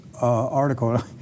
article